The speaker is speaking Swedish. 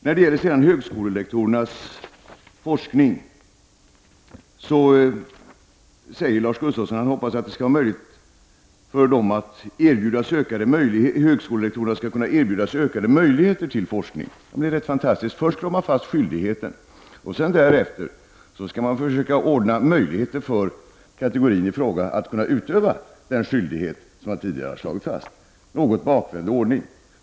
När det sedan gäller högskolelektorernas forskning säger Lars Gustafsson att han hoppas att det skall vara möjligt att erbjuda dem ökade möjligheter till forskning. Det är rätt fantastiskt. Först slår man fast skyldigheten, och därefter skall man sedan försöka ordna en möjlighet för kategorien i fråga att fullgöra den skyldighet man tidigare har slagit fast. Det är något bakvänd ordning.